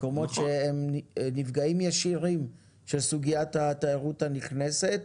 מקומות שהם נפגעים ישירים של סוגיית התיירות הנכנסת.